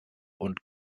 und